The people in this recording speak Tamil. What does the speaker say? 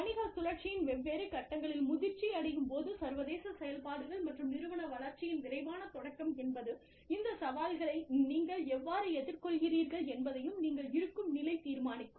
வணிகச் சுழற்சியின் வெவ்வேறு கட்டங்களில் முதிர்ச்சியடையும் போது சர்வதேச செயல்பாடுகள் மற்றும் நிறுவன வளர்ச்சியின் விரைவான தொடக்கம் என்பது இந்த சவால்களை நீங்கள் எவ்வாறு எதிர்கொள்கிறீர்கள் என்பதையும் நீங்கள் இருக்கும் நிலை தீர்மானிக்கும்